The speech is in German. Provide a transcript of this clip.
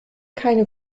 keine